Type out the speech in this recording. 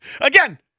Again